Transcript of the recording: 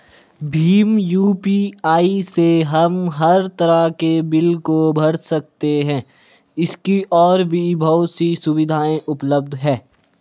Bhim UPI से हम हर तरह के बिल को भर सकते है, इसकी और भी बहुत सी सुविधाएं उपलब्ध है